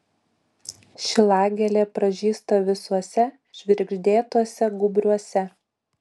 šilagėlė pražysta visuose žvirgždėtuose gūbriuose